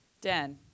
Dan